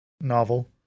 novel